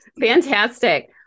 Fantastic